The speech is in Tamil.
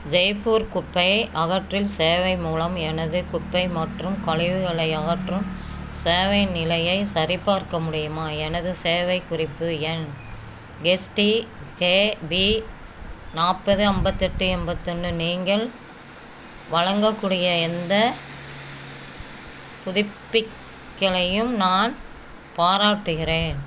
ஜெய்ப்பூர் குப்பை அகற்றில் சேவை மூலம் எனது குப்பை மற்றும் கழிவுகளை அகற்றும் சேவையின் நிலையை சரிபார்க்க முடியுமா எனது சேவை குறிப்பு எண் எஸ்டிகேபி நாற்பது ஐம்பத்தெட்டு எண்பத்தொன்னு நீங்கள் வழங்கக்கூடிய எந்த புதுப்பிக்களையும் நான் பாராட்டுகிறேன்